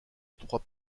étroit